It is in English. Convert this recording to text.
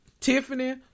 Tiffany